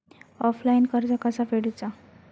Offline कर्ज कसा फेडूचा?